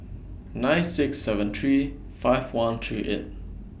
nine six seven three five one three eight